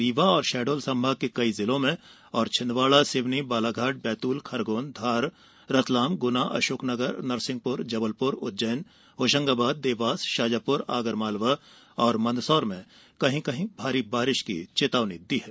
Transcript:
रीवा और शहडोल संभाग के कई जिलों में और छिंदवाड़ा सिवनी बालाघाट बैतूल खरगोन धार रतलाम गुना अशोकनगर नरसिंहपुर जबलपुर उज्जैन होशंगाबाद देवास शाजापुर आगरमालवा और मंदसौर में कहीं कहीं भारी बारिश की चेतावनी दी है